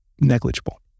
negligible